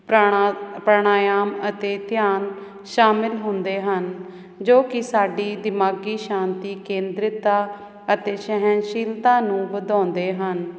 ਪ੍ਰਾਣਾ ਪ੍ਰਾਣਾਯਾਮ ਅਤੇ ਧਿਆਨ ਸ਼ਾਮਿਲ ਹੁੰਦੇ ਹਨ ਜੋ ਕਿ ਸਾਡੀ ਦਿਮਾਗੀ ਸ਼ਾਂਤੀ ਕੇਂਦਰਤਾ ਅਤੇ ਸਹਿਣਸ਼ੀਲਤਾ ਨੂੰ ਵਧਾਉਂਦੇ ਹਨ